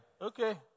Okay